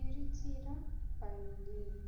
Tiruchirappalli